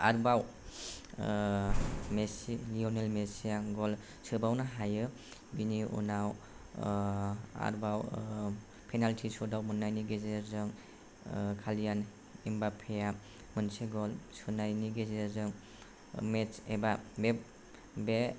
आरोबाव लिय'नेल मेसिआ ग'ल सोबावनो हायो बेनि उनाव आरोबाव पेनाल्टि सुटआवट मोननायनि गेजेरजों किलियान एमबाप्पे आ मोनसे ग'ल सोनायनि गेजेरजों मेच एबा बे